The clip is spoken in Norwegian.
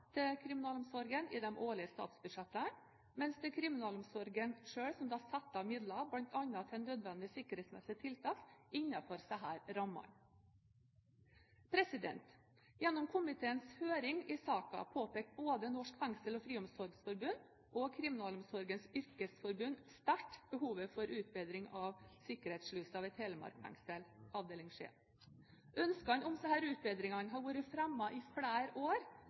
til kriminalomsorgen i de årlige statsbudsjettene, mens kriminalomsorgen selv setter av midler til bl.a. nødvendige sikkerhetsmessige tiltak innenfor disse rammene. Gjennom komiteens høring i saken påpekte både Norsk Fengsels- og Friomsorgsforbund og Kriminalomsorgens Yrkesforbund sterkt behovet for utbedring av sikkerhetsslusen ved Telemark fengsel, Skien avdeling. Ønskene om disse utbedringene har vært fremmet i flere år